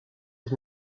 ich